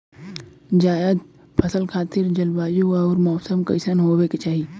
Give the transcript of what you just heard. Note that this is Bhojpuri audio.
जायद फसल खातिर जलवायु अउर मौसम कइसन होवे के चाही?